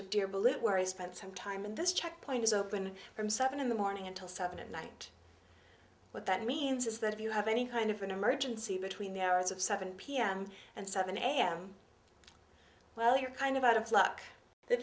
billet where he spent some time in this checkpoint is open from seven in the morning until seven at night what that means is that if you have any kind of an emergency between the hours of seven pm and seven am well you're kind of out of luck the